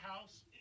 house